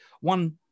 one